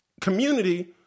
community